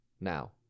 Now